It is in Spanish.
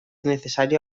necesario